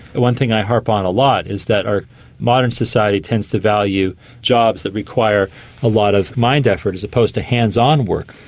one thing i harp on a lot is that our modern society tends to value jobs that require a lot of mind effort as opposed to hands-on work,